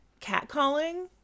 catcalling